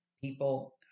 people